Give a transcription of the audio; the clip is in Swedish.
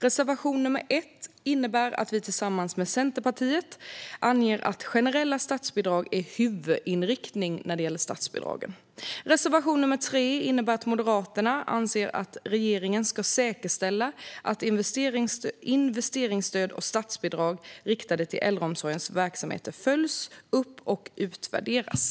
Reservation nr 1 innebär att vi tillsammans med Centerpartiet anger att generella statsbidrag är huvudinriktningen när det gäller statsbidragen. Reservation nr 3 innebär att Moderaterna anser att regeringen ska säkerställa att investeringsstöd och statsbidrag riktade till äldreomsorgens verksamheter följs upp och utvärderas.